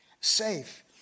safe